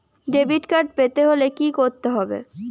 Debit card পেতে হলে কি করতে হবে?